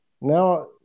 now